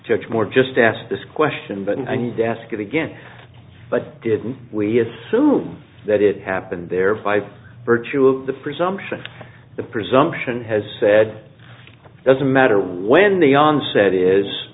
too much more just ask this question but i need to ask again but didn't we assume that it happened there five virtue of the presumption the presumption has said doesn't matter when the onset is